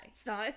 Stop